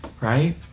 right